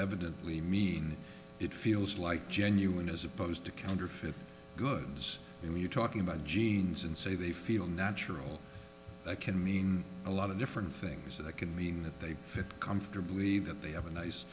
evidently mean it feels like genuine as opposed to counterfeit goods and you're talking about genes and say they feel natural can mean a lot of different things that could mean that they fit comfortably that they have a nice